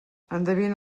endevina